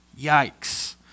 Yikes